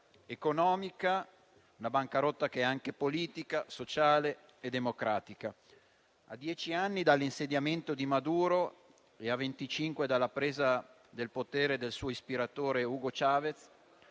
economica, ma anche politica, sociale e democratica. A dieci anni dall'insediamento di Maduro e a venticinque dalla presa del potere del suo ispiratore Hugo Chavez,